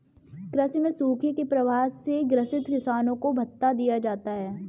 कृषि में सूखे के प्रभाव से ग्रसित किसानों को भत्ता दिया जाता है